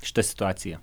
šita situacija